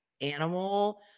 animal